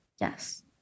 Yes